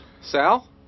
Sal